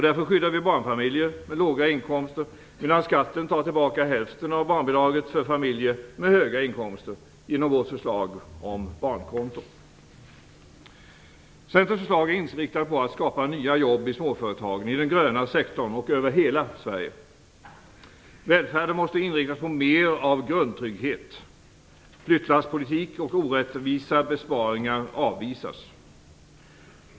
Därför skyddar vi barnfamiljer med låga inkomster, medan skatten tar tillbaka hälften av barnbidraget för familjer med höga inkomster, inom vårt förslag om barnkonto. Centerns förslag är inriktat på att skapa nya jobb i småföretagen, i den gröna sektorn och över hela Sverige. Välfärden måste inriktas på mer av grundtrygghet. Flyttlasspolitik och orättvisa besparingar avvisas.